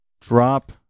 drop